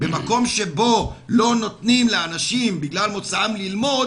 במקום שבו לא נותנים לאנשים בגלל מוצאם ללמוד,